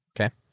Okay